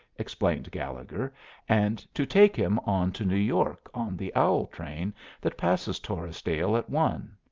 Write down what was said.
explained gallegher and to take him on to new york on the owl train that passes torresdale at one.